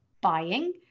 buying